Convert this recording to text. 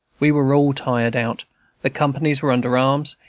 we were all tired out the companies were under arms,